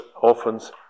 orphans